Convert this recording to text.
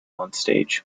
onstage